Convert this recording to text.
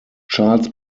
charles